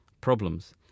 problems